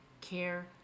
care